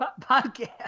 podcast